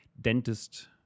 dentist